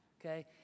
okay